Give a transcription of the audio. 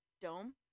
dome